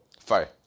Fire